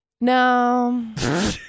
No